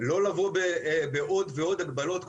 לא לבוא בעוד ועוד הגבלות,